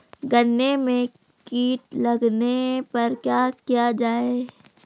गन्ने में कीट लगने पर क्या किया जाये?